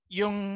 yung